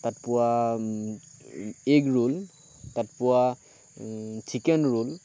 তাত পোৱা egg roll তাত পোৱা চিকেন ৰ'ল